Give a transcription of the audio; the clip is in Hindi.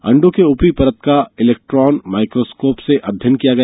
अंडो की ऊपरी परत का इलेक्ट्रॉन माइक्रोस्कोप से अध्ययन किया गया